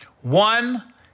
one